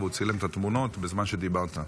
והוא צילם את התמונות בזמן שדיברת,